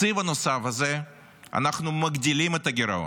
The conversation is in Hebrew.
אנחנו מגדילים את הגירעון,